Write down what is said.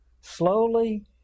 Slowly